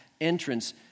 entrance